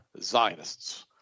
Zionists